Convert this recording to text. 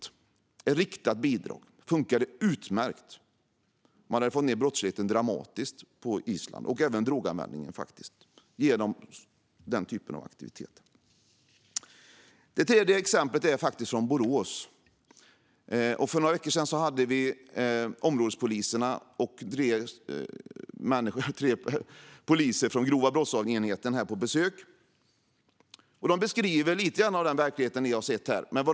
Det funkade utmärkt, och man hade genom sådana aktiviteter dramatiskt fått ned brottsligheten och även droganvändningen på Island. Detta var mitt andra exempel. Mitt tredje exempel är från Borås. För några veckor sedan hade vi besök därifrån av områdespoliser och tre poliser från enheten för grova brott. De beskrev lite av den verklighet som vi har sett.